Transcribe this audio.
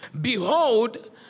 Behold